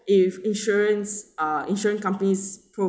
if insurance uh insurance companies pro~